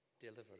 deliver